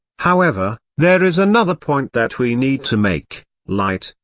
however, there is another point that we need to make light,